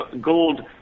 gold